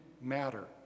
matter